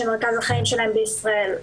שמרכז החיים שלהם בישראל.